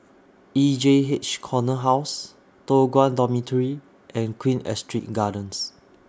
E J H Corner House Toh Guan Dormitory and Queen Astrid Gardens